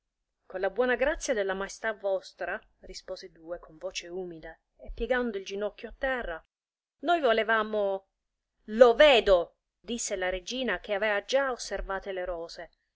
con la buona grazia della maestà vostra rispose due con voce umile e piegando il ginocchio a terra noi volevamo lo vedo disse la regina che avea già osservate le rose